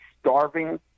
starving